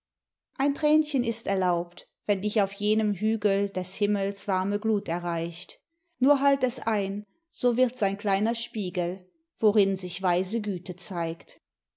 ein tränchen ist erlaubt wenn dich auf jenem hügel des himmels warme glut erreicht nur halt es ein so wird's ein kleiner spiegel worin sich weise güte zeigt